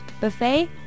buffet